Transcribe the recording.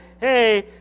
hey